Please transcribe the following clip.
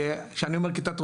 כשאני אומר כיתת רופאים,